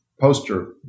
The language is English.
poster